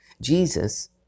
Jesus